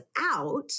out